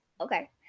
okay